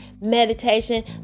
meditation